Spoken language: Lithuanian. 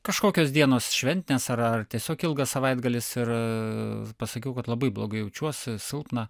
kažkokios dienos šventinės ar ar tiesiog ilgas savaitgalis ir pasakiau kad labai blogai jaučiuosi silpna